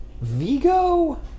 Vigo